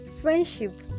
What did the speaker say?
friendship